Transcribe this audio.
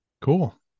Cool